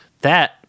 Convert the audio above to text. That